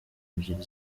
ebyiri